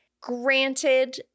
granted